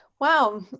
Wow